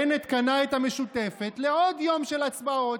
בנט קנה את המשותפת לעוד יום של הצבעות,